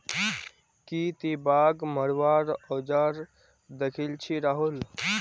की ती बाघ मरवार औजार दखिल छि राहुल